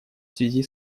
связи